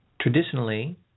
Traditionally